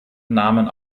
nahmen